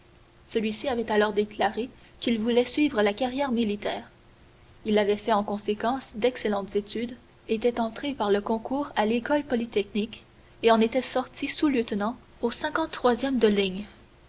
celui-ci avait alors déclaré qu'il voulait suivre la carrière militaire il avait fait en conséquence d'excellentes études était entré par le concours à l'école polytechnique et en était sorti sous-lieutenant au e de ligne